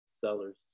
sellers